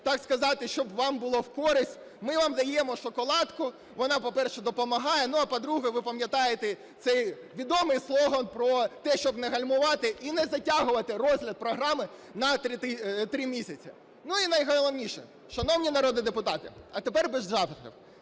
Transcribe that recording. так сказати, щоб вам було в користь: ми вам даємо шоколадку. Вона, по-перше, допомагає, а, по-друге, ви пам'ятаєте, цей відомий слоган про те, щоб не гальмувати і не затягувати розгляд програми на три місяці. Ну і найголовніше, шановні народні депутати, а тепер без жартів.